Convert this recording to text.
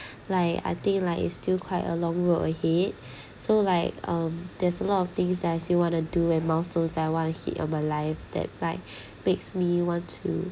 like I think like it's still quite a long road ahead so like um there's a lot of things that I still want to do and milestones that I want to hit on my life that by makes me want to